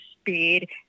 speed